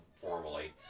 formally